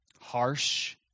Harsh